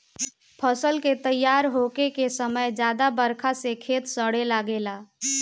फसल के तइयार होखे के समय ज्यादा बरखा से खेत सड़े लागेला